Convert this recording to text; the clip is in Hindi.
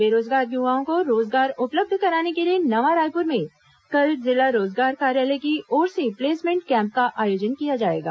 बेरोजगार युवाओं को रोजगार उपलब्ध कराने के लिए नवा रायपुर में कल जिला रोजगार कार्यालय की ओर से प्लेसमेंट कैम्प का आयोजन किया जाएगा